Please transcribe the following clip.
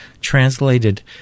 translated